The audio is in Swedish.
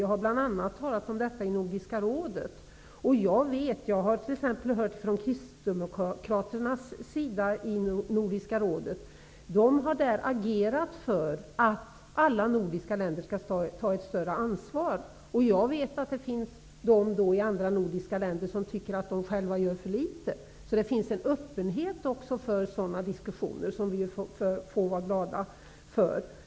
Jag har bl.a. talat om detta i Nordiska rådet, och jag har bl.a. hört att man från kristdemokratiskt håll i Nordiska rådet har agerat för att alla nordiska länder skall ta ett större ansvar. Jag vet också att det förekommer att man i andra nordiska länder tycker att man där själv gör för litet. Det finns alltså en öppenhet för sådana diskussioner, som vi får vara glada för.